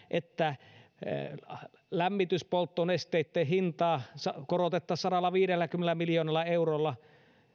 että lämmityspolttonesteitten hintaa korotettaisiin sadallaviidelläkymmenellä miljoonalla eurolla